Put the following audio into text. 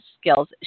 skills